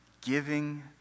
giving